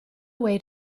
way